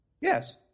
Yes